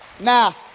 Now